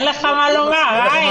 אלה המקרים היחידים,